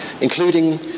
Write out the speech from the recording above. including